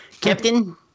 Captain